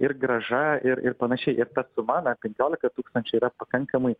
ir grąža ir ir panašiai ir ta sum na penkiolika tūkstančių yra pakankamai